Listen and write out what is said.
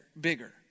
bigger